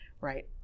right